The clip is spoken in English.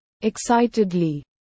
Excitedly